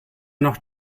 noch